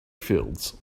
fields